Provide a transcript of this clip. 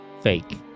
fake